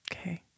Okay